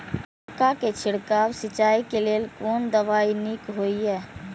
मक्का के छिड़काव सिंचाई के लेल कोन दवाई नीक होय इय?